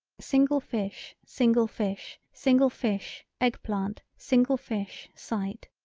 single fish single fish single fish egg-plant single fish sight.